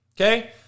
Okay